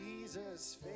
Jesus